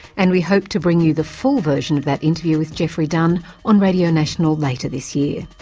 and we hope to bring you the full version of that interview with geoffrey dunn on radio national later this year.